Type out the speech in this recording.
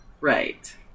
right